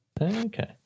Okay